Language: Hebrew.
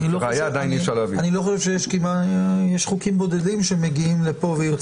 אני חושב שיש חוקים בודדים שמגיעים לפה ו...